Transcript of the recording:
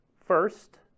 first